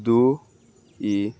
ଦୁଇ